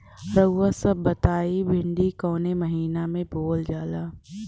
रउआ सभ बताई भिंडी कवने महीना में बोवल जाला?